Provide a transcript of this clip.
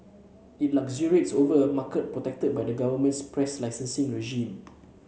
it luxuriates over a market protected by the government's press licensing regime